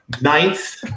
ninth